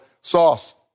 Sauce